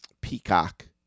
Peacock